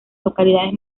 localidades